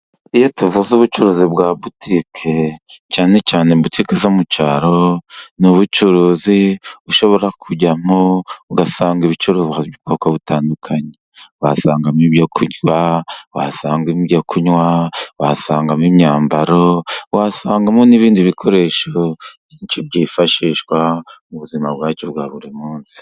Iyo tuvuze ubucuruzi bwa butike cyane cyane butike zo mu cyaro ni ubucuruzi ushobora kujyamo ugasanga ibicururuzwa by' ubwoko butandukanye wasangamo ibyo kurya, wasanga ibyo kunywa, wasangamo imyambaro, wasangamo n'ibindi bikoresho byinshi byifashishwa mu buzima bwacu buri munsi.